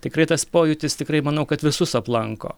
tikrai tas pojūtis tikrai manau kad visus aplanko